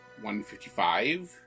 155